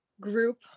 group